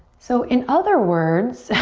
so in other words,